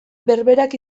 berberak